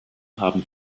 haben